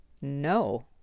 No